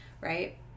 right